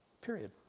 Period